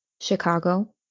Chicago